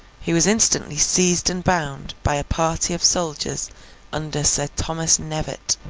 he was instantly seized and bound, by a party of soldiers under sir thomas knevett.